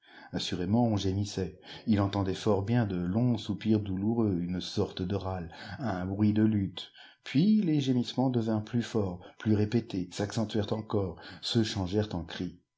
assurément on gémissait ii entendait fort bien de longs soupirs douloureux une sorte de râle un bruit de lutte puis les gémissements devinrent plus forts plus répétés s'accentuèrent encore se changèrent en cris